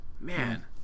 Man